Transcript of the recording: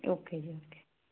okay ਜੀ okay